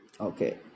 Okay